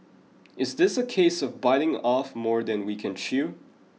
is this a case of biting off more than we can chew